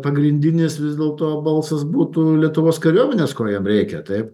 pagrindinis vis dėlto balsas būtų lietuvos kariuomenės ko jiem reikia taip